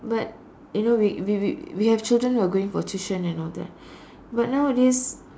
but you know we we we we have children who are going for tuition and all that but nowadays